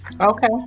Okay